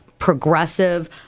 Progressive